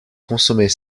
consommer